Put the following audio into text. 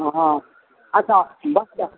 अँ हँ अच्छा बच्चा